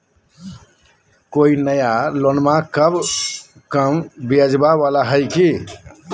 कोइ नया लोनमा कम ब्याजवा वाला हय की?